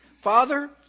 Father